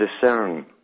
discern